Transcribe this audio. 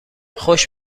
خوش